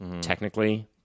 technically